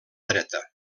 dreta